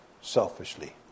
selfishly